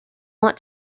want